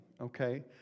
okay